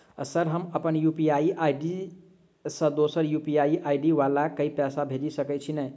Sir हम अप्पन UPI ID सँ दोसर यु.पी.आई आई.डी वला केँ पैसा भेजि सकै छी नै?